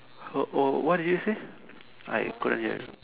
oh oh what did you say I couldn't hear you